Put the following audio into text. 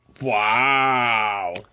Wow